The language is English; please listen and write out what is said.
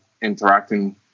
interacting